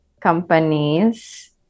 companies